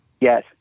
Yes